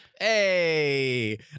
hey